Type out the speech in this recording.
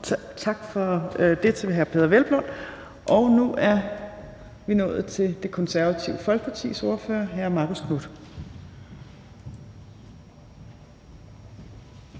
er det dem, der har ordet. Nu er vi nået til Det Konservative Folkepartis ordfører, hr. Marcus Knuth.